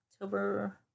October